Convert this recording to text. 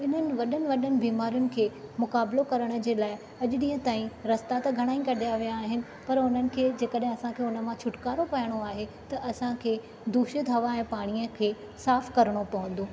हिननि वॾनि वॾनि बीमारियुनि खे मुक़ाबलो करण जे लाइ अॼु ॾीहुं ताईं रस्ता ता घणा ही कढिया विया आहिनि पर हुननि खे जेकॾहिं असांखे हुन मां छुटकारो पाइणो आहे त असांखे दूषितु हवा ऐं पाणीअ खे साफ़ करणो पवंदो